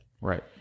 Right